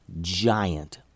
giant